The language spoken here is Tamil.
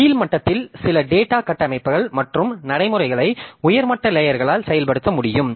கீழ் மட்டத்தில் சில டேட்டா கட்டமைப்புகள் மற்றும் நடைமுறைகளை உயர் மட்ட லேயர்களால் செயல்படுத்த முடியும்